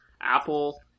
Apple